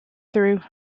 through